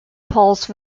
pulse